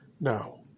Now